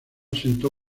sentó